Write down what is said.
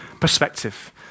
perspective